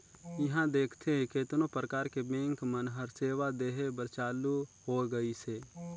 इहां देखथे केतनो परकार के बेंक मन हर सेवा देहे बर चालु होय गइसे